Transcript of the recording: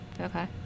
okay